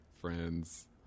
friends